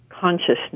consciousness